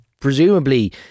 presumably